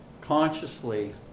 consciously